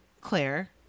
Claire